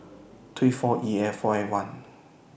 three four E A four A one